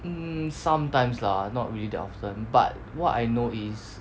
hmm sometimes lah not really that often but what I know is